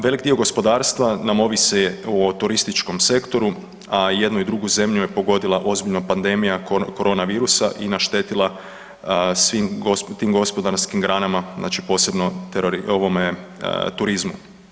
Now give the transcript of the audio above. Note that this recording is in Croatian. Velik dio gospodarstva nam ovisi o turističko, sektoru a jednu i drugu zemlju je pogodila ozbiljna pandemija korona virusa i naštetila svim tim gospodarskim granama, znači posebno turizmu.